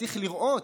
צריך לראות,